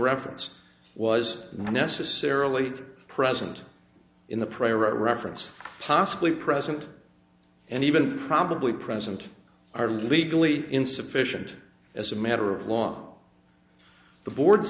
reference was necessarily present in the prior reference possibly present and even probably present are legally insufficient as a matter of law the board